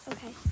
Okay